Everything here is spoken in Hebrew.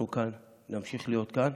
אנחנו כאן, נמשיך להיות כאן.